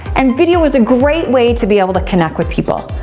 and video is a great way to be able to connect with people.